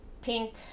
Pink